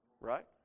right